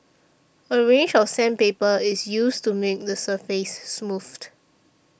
a range of sandpaper is used to make the surface smooth